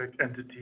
entity